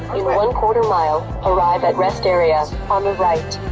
one quarter mile, arrive at rest area on the right.